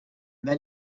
then